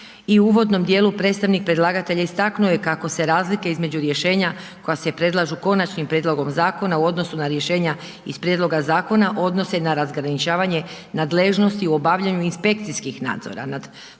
i u uvodnom dijelu predstavnik predlagatelja istaknuo je kako se razlike između rješenja koja se predlažu konačnim prijedlogom zakona u odnosu na rješenja iz prijedloga zakona odnose na razgraničavanje nadležnosti u obavljanju inspekcijskih nadzora nad provedbom